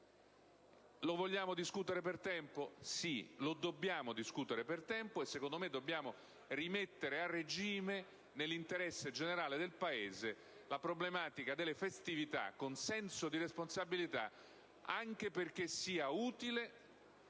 Vogliamo e dobbiamo discuterne per tempo, e secondo me dobbiamo rimettere a regime, nell'interesse generale del Paese, la problematica delle festività, con senso di responsabilità, anche perché essa sia utile